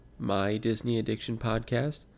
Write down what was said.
mydisneyaddictionpodcast